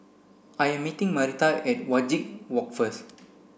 I am meeting Marita at Wajek Walk first